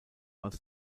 als